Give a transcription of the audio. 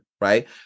right